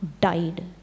died